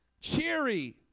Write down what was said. cheery